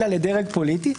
אלא לדרג פוליטי.